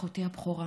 אחותי הבכורה